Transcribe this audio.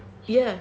ya